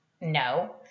No